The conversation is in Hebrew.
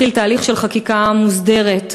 והיא תתחיל תהליך של חקיקה מוסדרת,